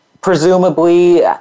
presumably